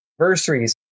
anniversaries